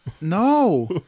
No